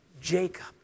Jacob